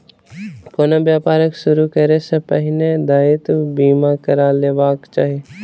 कोनो व्यापार शुरू करै सॅ पहिने दायित्व बीमा करा लेबाक चाही